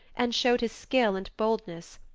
and showed his skill and boldness.